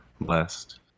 blessed